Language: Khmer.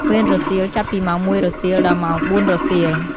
វេនរសៀល ចាប់ពីម៉ោង ១ រសៀល ដល់ម៉ោង ៤ រសៀល។